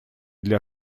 для